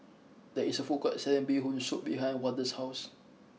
there is a food court selling Bee Hoon Soup behind Wardell's house